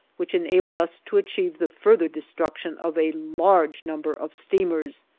which enabled us to achieve the further destruction of a large number of steamers.